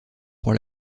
pour